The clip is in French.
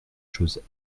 choses